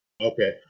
Okay